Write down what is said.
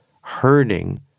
hurting